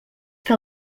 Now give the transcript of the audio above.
que